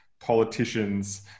politicians